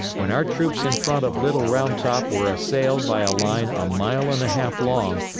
when our troops in front of little round top were assailed by a line a mile and a half long,